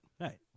right